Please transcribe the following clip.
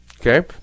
okay